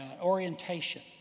orientation